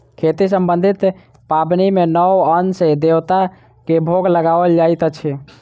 खेती सम्बन्धी पाबनि मे नव अन्न सॅ देवता के भोग लगाओल जाइत अछि